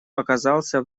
оказался